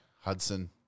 Hudson